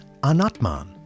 anatman